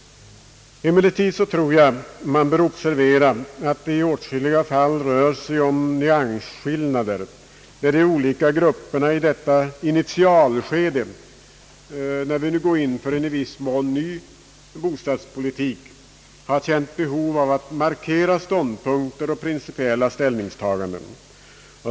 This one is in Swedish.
Emellertid tror jag att man bör observera att det i åtskilliga fall rör sig om nyansskillnader, där de olika grupperna i detta initialskede, när vi nu går in för en i viss mån ny bostadspolitik, har känt behov av att markera ståndpunkter och principiella ställningstaganden.